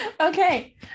Okay